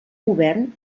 govern